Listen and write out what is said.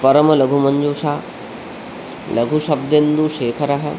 परमलघुमञ्जूषा लघुशब्देन्दुशेखरः